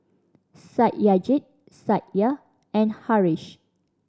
Satyajit Satya and Haresh